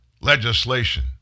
legislation